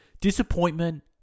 Disappointment